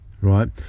right